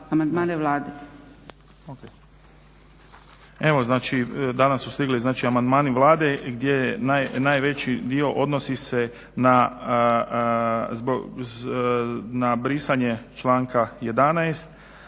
Evo znači danas su stigli znači amandmani Vlade, gdje najveći dio odnosi se na brisanje članka 11.,